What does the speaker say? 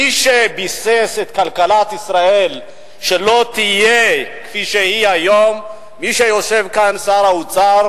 מי שביסס את כלכלת ישראל שלא תהיה כפי שהיא היום הוא שר האוצר